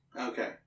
Okay